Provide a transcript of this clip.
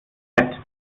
fett